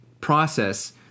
process